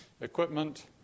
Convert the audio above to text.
equipment